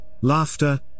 laughter